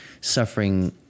suffering